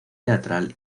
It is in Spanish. teatral